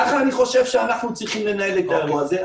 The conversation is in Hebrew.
כך אני חושב שאנחנו צריכים לנהל את האירוע הזה.